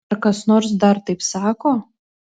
ar kas nors dar taip sako